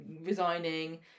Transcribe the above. resigning